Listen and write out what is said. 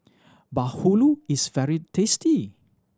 bahulu is very tasty